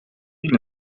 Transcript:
viel